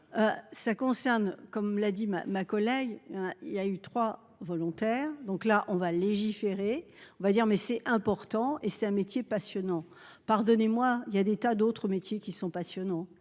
enfin. Ça concerne, comme l'a dit ma, ma collègue il y a eu trois volontaires, donc là on va légiférer, on va dire mais c'est important et c'est un métier passionnant. Pardonnez-moi, il y a des tas d'autres métiers qui sont passionnants